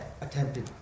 attempted